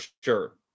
sure